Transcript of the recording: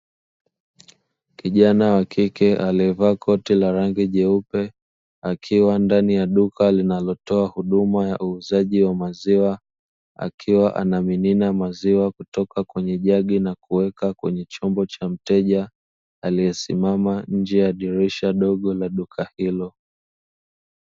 Kijana wa kike alievaa koti la rangi jeupe, akiwa ndani ya duka linalotoa huduma ya uuzaji wa maziwa, akiwa anamimina maziwa kutoka kwenye jagi na kuweka kwenye chombo cha mteja aliesimama nje ya dirisha dogo la duka hilo.